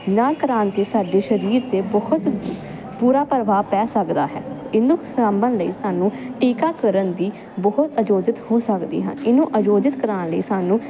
ਨਾ ਕਰਾਉਣ ਤੇ ਸਾਡੇ ਸਰੀਰ ਤੇ ਬਹੁਤ ਬੁਰਾ ਪ੍ਰਭਾਵ ਪੈ ਸਕਦਾ ਹੈ ਇਹਨੂੰ ਸਾਂਭਣ ਲਈ ਸਾਨੂੰ ਟੀਕਾ ਕਰਨ ਦੀ ਬਹੁਤ ਆਯੋਜਿਤ ਹੋ ਸਕਦੇ ਹਨ ਇਹਨੂੰ ਆਯੋਜਿਤ ਕਰਾਣ ਲਈ ਸਾਨੂੰ